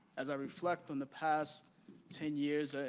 as i reflect on the past ten years,